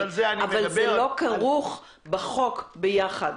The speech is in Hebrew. אבל זה לא כרוך בחוק ביחד.